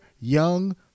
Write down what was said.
young